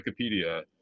wikipedia